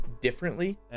differently